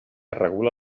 regula